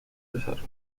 desarrollo